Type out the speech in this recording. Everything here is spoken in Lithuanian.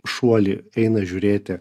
šuolį eina žiūrėti